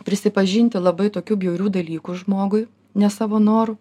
prisipažinti labai tokių bjaurių dalykų žmogui ne savo noru